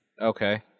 Okay